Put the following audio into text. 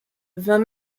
vint